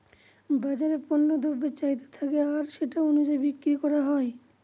বাজারে পণ্য দ্রব্যের চাহিদা থাকে আর সেটা অনুযায়ী বিক্রি করা হয়